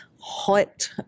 hot